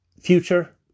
future